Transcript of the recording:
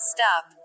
Stop